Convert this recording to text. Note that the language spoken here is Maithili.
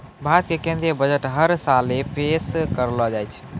भारत के केन्द्रीय बजट हर साले पेश करलो जाय छै